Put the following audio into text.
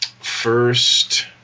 First